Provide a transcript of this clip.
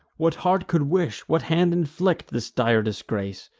what heart could wish, what hand inflict, this dire disgrace?